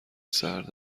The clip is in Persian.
سرد